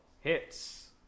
Hits